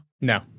No